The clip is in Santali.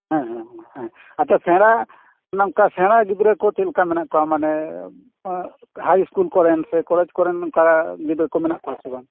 ᱦᱮᱸ ᱦᱮᱸ ᱟᱫᱚ ᱥᱮᱬᱟ ᱱᱚᱝᱠᱟ ᱥᱮᱬᱟ ᱜᱤᱫᱽᱨᱟᱹ ᱠᱚ ᱪᱮᱫᱞᱮᱠᱟ ᱢᱮᱱᱟᱜ ᱠᱚᱣᱟ ᱢᱟᱱᱮ ᱦᱟᱭ ᱤᱥᱠᱩᱞ ᱠᱚᱨᱮ ᱥᱮ ᱠᱚᱞᱮᱡᱽ ᱠᱚᱨᱮᱱ ᱱᱚᱝᱠᱟ ᱜᱤᱫᱟᱹᱨ ᱠᱚ ᱢᱮᱱᱟᱜ ᱠᱚᱣᱟ ᱥᱮ ᱵᱟᱝ